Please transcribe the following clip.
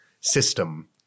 system